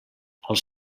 els